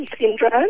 syndrome